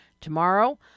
tomorrow